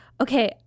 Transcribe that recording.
okay